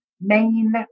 main